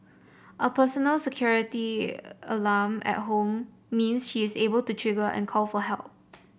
a personal security alarm at home means she is able to trigger and call for help